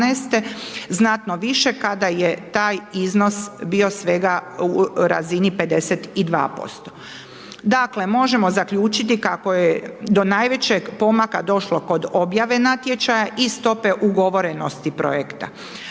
znatno više kada je taj iznos bio svega u razini 52%. Dakle, možemo zaključiti kako je do najvećeg pomaka došlo kod objave natječaja i stope ugovorenosti projekta.